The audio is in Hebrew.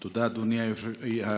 תודה, אדוני היושב-ראש.